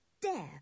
dare